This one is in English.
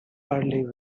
early